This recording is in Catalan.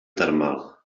termal